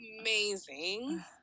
Amazing